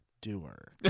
doer